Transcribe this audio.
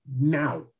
now